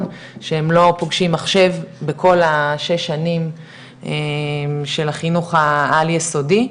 שהם לא פוגשים מחשב בכל השש שנים של החינוך העל יסודי,